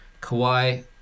Kawhi